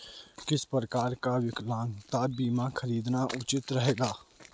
किस प्रकार का विकलांगता बीमा खरीदना उचित रहेगा?